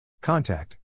Contact